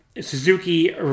suzuki